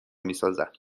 میسازد